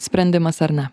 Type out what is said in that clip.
sprendimas ar ne